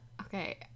Okay